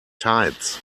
tides